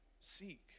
seek